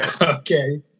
okay